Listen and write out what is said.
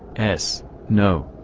s no,